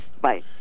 Bye